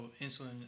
insulin